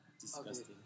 disgusting